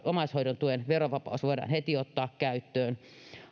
omaishoidon tuen verovapaus voidaan heti ottaa käyttöön